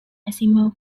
asimov